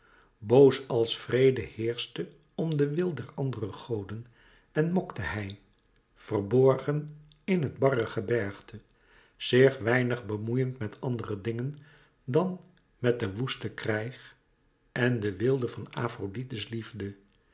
boos als vrede heerschte om de wil der andere goden en mokte hij verborgen in het barre gebergte zich weinig bemoeiend met andere dingen dan met den woesten krijg en de weelde van afrodite's liefde